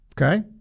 Okay